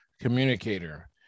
communicator